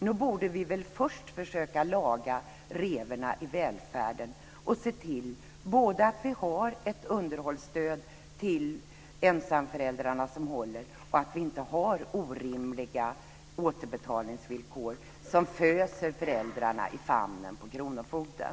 Först borde vi väl försöka laga revorna i välfärden och se till både att vi har ett hållbart underhållsstöd till ensamföräldrarna och att vi inte har orimliga återbetalningsvillkor, som föser föräldrarna i famnen på kronofogden.